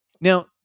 now